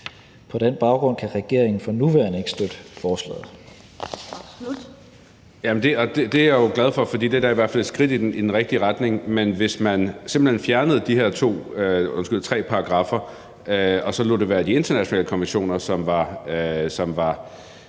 Lind): Marcus Knuth. Kl. 13:49 Marcus Knuth (KF): Det er jeg jo glad for, for det er da i hvert fald et skridt i den rigtige retning. Men hvis man simpelt hen fjernede de her tre paragraffer og så lod det være de internationale konventioner, som var